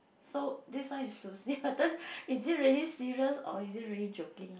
so this one is to see whether is it really serious or is it really joking